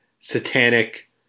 satanic